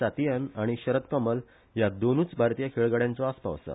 सातियान आनी शरथ कमल ह्या दोनुच भारतीय खेळगह्नड्यांचो आसपाव आसा